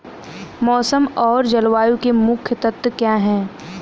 मौसम और जलवायु के मुख्य तत्व क्या हैं?